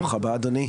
ברוך הבא אדוני,